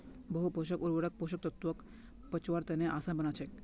बहु पोषक उर्वरक पोषक तत्वक पचव्वार तने आसान बना छेक